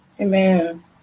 Amen